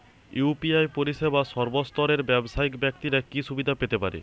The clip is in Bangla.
ইউ.পি.আই পরিসেবা সর্বস্তরের ব্যাবসায়িক ব্যাক্তিরা কি সুবিধা পেতে পারে?